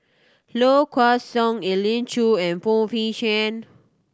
Low Kway Song Elim Chew and Phoon Yew Tien